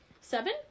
seven